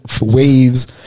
waves